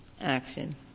action